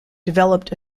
developed